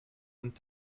und